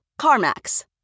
CarMax